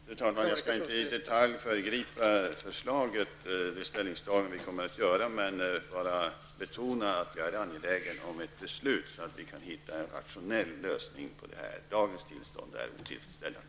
Fru talman! Jag skall inte i detalj föregripa förslaget och det ställningstagande vi kommer att göra. Men jag vill betona att jag är angelägen om ett beslut så att vi kan hitta en rationell lösning. Dagens tillstånd är inte tillfredsställande.